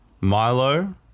Milo